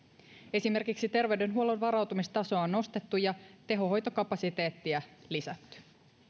esimerkiksi terveydenhuollon varautumistasoa on nostettu ja tehohoitokapasiteettia lisätty